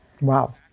Wow